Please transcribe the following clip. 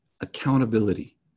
Accountability